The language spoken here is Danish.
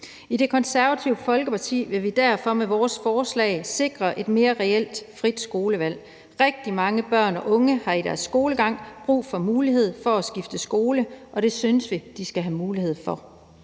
I Det Konservative Folkeparti vil vi derfor med vores forslag sikre et mere reelt frit skolevalg. Rigtig mange børn og unge har i deres skolegang brug for muligheden for at skifte skole, og det synes vi de skal have mulighed for